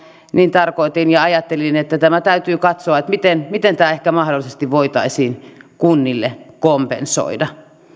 tarkoitin ja ajattelin että tässä täytyy katsoa miten miten tämä ehkä mahdollisesti voitaisiin kunnille kompensoida